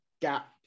gap